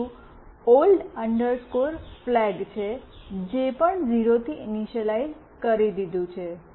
બીજું old flag છે જે પણ 0 થી ઇનિશલાઇજ઼ કરી દીધું છે